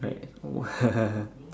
right oh